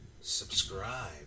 Subscribe